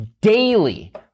daily